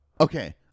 Okay